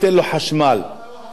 למה לא את השר שלא מאשר?